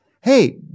hey